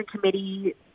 Committee